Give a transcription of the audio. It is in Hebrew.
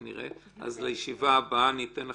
אז בישיבה הבאה ניתן לכם,